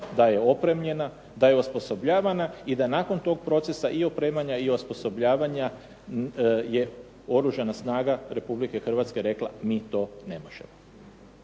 da je opremljena, da je osposobljavana i da nakon tog procesa i opremanja i osposobljavanja je oružana snaga Republike Hrvatske rekla mi to ne možemo.